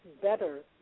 better